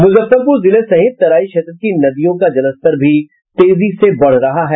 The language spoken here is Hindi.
मुजफ्फरपुर जिले सहित तराई क्षेत्र के नदियों का जलस्तर भी तेजी से बढ़ रहा है